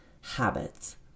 habits